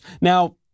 Now